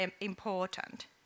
important